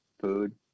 Food